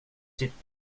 sitt